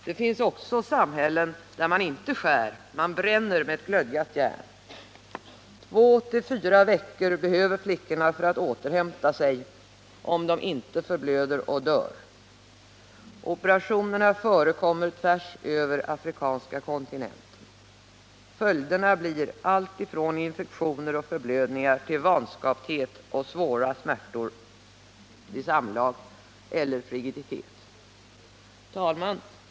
Det finns också samhällen där man inte skär utan bränner med ett glödgat järn. Två till fyra veckor behöver flickorna för att återhämta sig, om de inte förblöder och dör. Operationerna förekommer tvärs över den afrikanska kontinenten. Följderna blir allt ifrån infektioner och förblödningar till vanskapthet, svåra smärtor vid samlag och frigiditet. Herr talman!